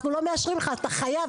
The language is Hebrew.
אנחנו לא מאשרים לך אתה חייב,